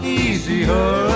easier